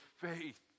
faith